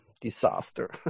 disaster